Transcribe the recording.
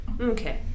Okay